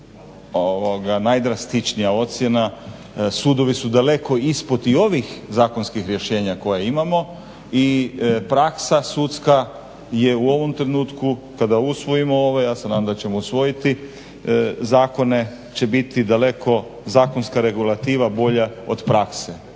najdrastičnija ocjena, sudovi su daleko ispod i ovih zakonskih rješenja koja imamo i praksa sudska je u ovom trenutku kada usvojimo ovo, ja se nadam da ćemo usvojiti zakone, će biti daleko zakonska regulativa bolja od prakse.